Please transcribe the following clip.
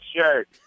shirt